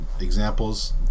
examples